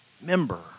member